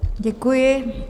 Děkuji.